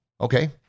Okay